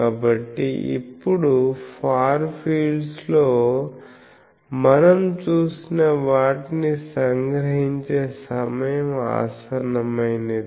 కాబట్టి ఇప్పుడు ఫార్ ఫీల్డ్స్లో మనం చూసిన వాటిని సంగ్రహించే సమయం ఆసన్నమైనది